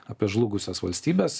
apie žlugusias valstybes